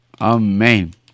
Amen